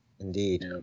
Indeed